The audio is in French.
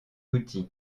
outil